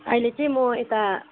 अहिले चाहिँ म यता